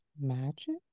magic